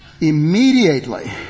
immediately